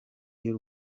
y’u